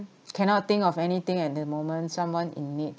cannot think of anything at the moment someone in need